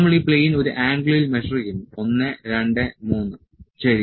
നമ്മൾ ഈ പ്ലെയിൻ ഒരു ആംഗിളിൽ മെഷർ ചെയ്യുന്നു 1 2 3 ശരി